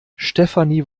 stefanie